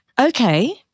Okay